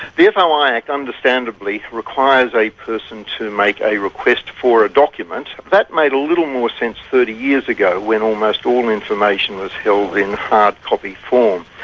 um ah like understandably requires a person to make a request for a document. that made a little more sense thirty years ago when almost all information was held in hardcopy form.